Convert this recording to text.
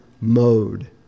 mode